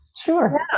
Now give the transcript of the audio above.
Sure